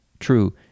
True